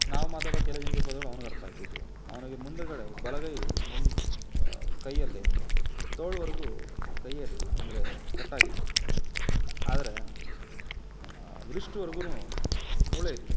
ನಾವು ಮಾತಾಡೋ ಕೆಲವು ಹಿಂದಿ ಪದಗಳು ಅವ್ನಿಗ್ ಅರ್ಥ ಆಗ್ತಿದ್ದವು ಅವನಿಗೆ ಮುಂದುಗಡೆ ಬಲಗೈ ಮುಂದೆ ಕೈಯಲ್ಲಿ ತೋಳ್ವರೆಗೂ ಕೈಯೇ ಇರಲಿಲ್ಲ ಅಂದರೆ ಕಟ್ಟಾಗಿತ್ತು ಆದರೆ ವ್ರಿಸ್ಟ್ವರ್ಗೂ ಮೂಳೆ ಇತ್ತು